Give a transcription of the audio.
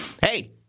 Hey